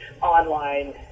online